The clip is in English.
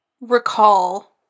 recall